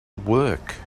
work